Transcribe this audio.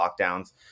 lockdowns